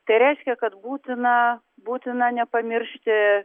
tai reiškia kad būtina būtina nepamiršti